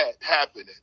happening